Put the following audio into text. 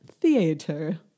theater